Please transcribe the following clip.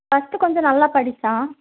first கொஞ்சம் நல்லா படித்தான்